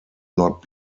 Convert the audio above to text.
not